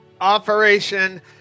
Operation